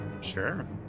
Sure